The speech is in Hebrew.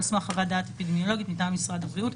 על סמך חוות דעת אפידמיולוגית מטעם משרד הבריאות,